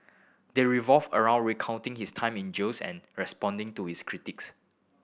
they revolve around recounting his time in jails and responding to his critics